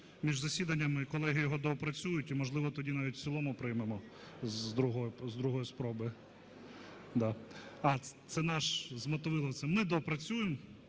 між засіданнями, колеги його доопрацюють і, можливо, тоді навіть в цілому приймемо з другої спроби. Це наш з Мотовиловцем, ми доопрацюємо,